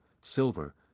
silver